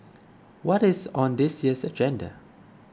what is on this year's agenda